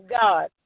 God